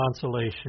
consolation